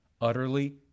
utterly